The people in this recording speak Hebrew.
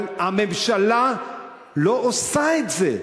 אבל הממשלה לא עושה את זה.